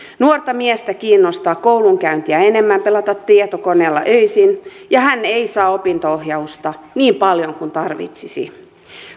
nuorta miestä kiinnostaa koulunkäyntiä enemmän pelata tietokoneella öisin ja hän ei saa opinto ohjausta niin paljon kuin tarvitsisi